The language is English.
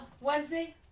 Wednesday